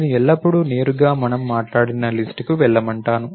నేను ఎల్లప్పుడూ నేరుగా మనము మాట్లాడిన లిస్ట్ కు వెళ్ళమంటాను